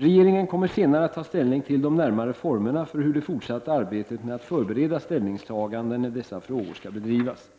Regeringen kommer senare att ta ställning till de närmare formerna för hur det fortsatta arbetet med att förbereda ställningstaganden i dessa frågor skall bedrivas.